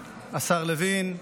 השר לוין,